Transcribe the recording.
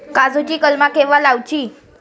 काजुची कलमा केव्हा लावची?